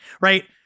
Right